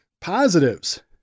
positives